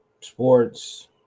sports